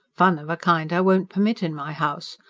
fun of a kind i won't permit in my house.